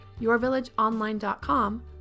yourvillageonline.com